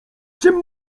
czym